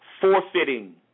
Forfeiting